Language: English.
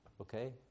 okay